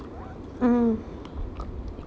mmhmm